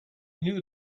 knew